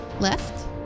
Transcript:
left